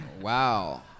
Wow